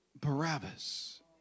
Barabbas